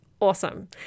awesome